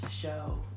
show